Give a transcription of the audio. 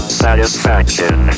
satisfaction